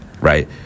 Right